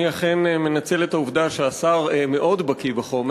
אני אכן מנצל את העובדה שהשר מאוד בקי בחומר.